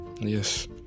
Yes